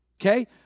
Okay